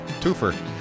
twofer